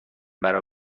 برا